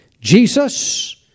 Jesus